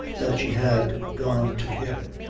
that she had gone to him,